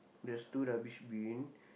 there's two rubbish bin